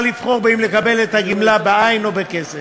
לבחור אם לקבל את הגמלה בעין או בכסף.